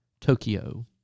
Tokyo